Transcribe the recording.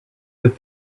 that